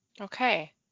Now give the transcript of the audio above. Okay